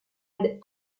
harald